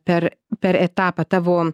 per per etapą tavo